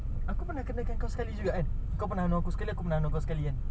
aku pernah kenakan kau sekali juga kan kau pernah no~ aku sekali aku pernah no~ kau sekali kan